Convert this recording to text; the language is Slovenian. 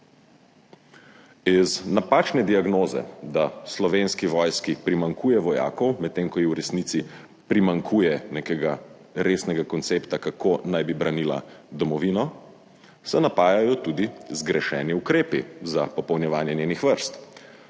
Iz napačne diagnoze, da Slovenski vojski primanjkuje vojakov, medtem ko ji v resnici primanjkuje nekega resnega koncepta, kako naj bi branila domovino, se napajajo tudi zgrešeni ukrepi za popolnjevanje njenih vrst.